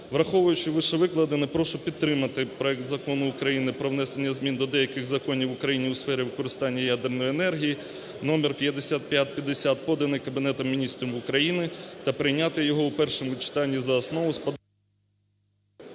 Враховуючи вище викладене, прошу підтримати проект Закону України про внесення змін до деяких Законів України у сфері використання ядерної енергії (№5550), поданий Кабінетом Міністрів України та прийняти його у першому читанні за основу з…